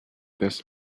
this